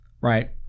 right